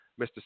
Mr